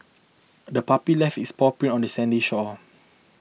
the puppy left its paw print on the sandy shore